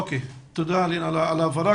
אוקיי, תודה אלין על ההבהרה.